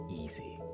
easy